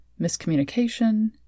miscommunication